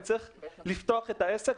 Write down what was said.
אני צריך לפתוח את העסק,